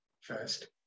first